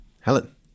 Helen